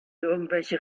irgendwelche